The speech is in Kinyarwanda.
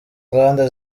nganda